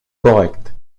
correct